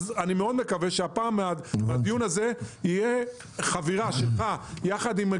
אני מאוד מקווה שהפעם הדיון הזה יהיה בחבירה של גפני;